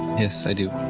yes, i do.